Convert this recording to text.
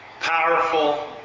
powerful